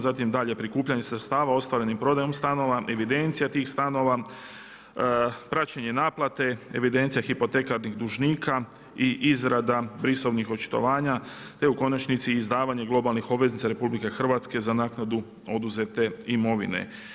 Zatim dalje prikupljanje sredstava ostvarenim prodajom stanova, evidencija tih stanova, praćenje naplate, evidencija hipotekarnih dužnika i izrada brisovnih očitovanja te u konačnici izdavanje globalnih obveznica RH za naknadu oduzete imovine.